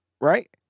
right